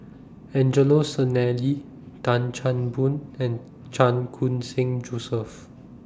Angelo Sanelli Tan Chan Boon and Chan Khun Sing Joseph